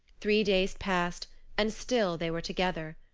three days passed and still they were together.